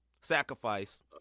sacrifice